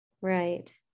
Right